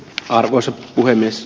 arvoisa puhemies